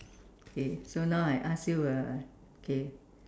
okay so now I ask you a okay